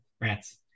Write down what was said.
rats